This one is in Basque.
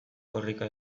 korrika